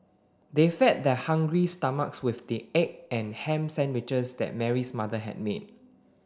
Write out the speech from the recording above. they fed their hungry stomachs with the egg and ham sandwiches that Mary's mother had made